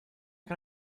can